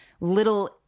little